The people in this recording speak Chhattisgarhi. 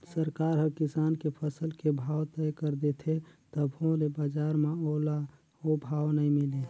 सरकार हर किसान के फसल के भाव तय कर देथे तभो ले बजार म ओला ओ भाव नइ मिले